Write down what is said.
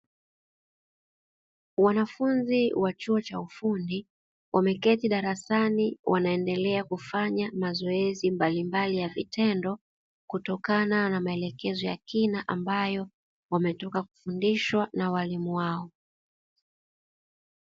Wanafunzi wa chuo cha ufundi wameketi darasani wanaendelea kufanya mazoezi mbali mbali ya vitendo; kutokana na maelekezo ya kina ambayo wametoka kufundishwa na walimu wao.